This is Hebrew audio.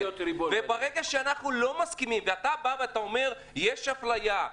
ברגע שאנחנו לא מסכימים, ואתה אומר שיש הפליה,